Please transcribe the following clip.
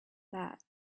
that